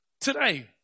Today